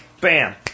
bam